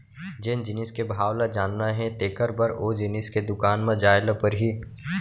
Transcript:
जेन जिनिस के भाव ल जानना हे तेकर बर ओ जिनिस के दुकान म जाय ल परही